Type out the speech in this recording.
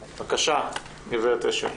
בבקשה, גברת אשל.